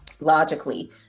logically